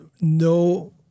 no